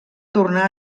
tornar